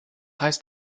heißt